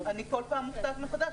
אני כל פעם מופתעת מחדש,